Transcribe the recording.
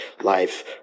life